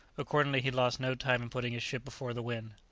accordingly he lost no time in putting his ship before the wind.